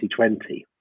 2020